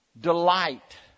delight